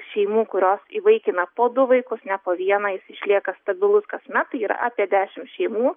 šeimų kurios įvaikina po du vaikus ne po vieną jis išlieka stabilus kasmet tai yra apie dešim šeimų